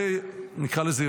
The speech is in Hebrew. נקרא לזה,